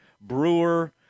Brewer